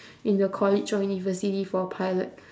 in the college or university for pilot